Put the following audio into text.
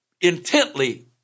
intently